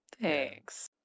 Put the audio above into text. Thanks